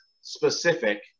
specific